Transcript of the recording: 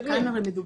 בסדר, תתקדמי.